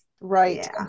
Right